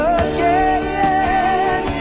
again